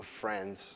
friends